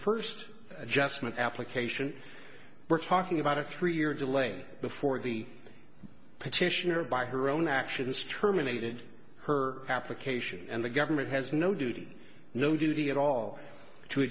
first adjustment application we're talking about a three year delay before the petitioner by her own actions terminated her application and the government has no duty no duty at all to